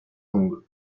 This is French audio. ongles